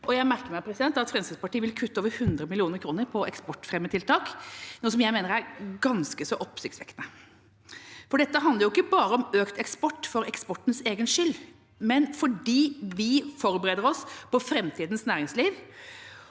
Jeg merker meg at Fremskrittspartiet vil kutte over 100 mill. kr på eksportfremmetiltak, noe jeg mener er ganske så oppsiktsvekkende. Dette handler ikke bare om økt eksport for eksportens egen skyld, men også om at vi forbereder oss på framtidas næringsliv